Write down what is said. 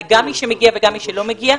גם למי שמגיע וגם למי שלא מגיע,